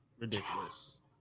Ridiculous